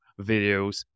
videos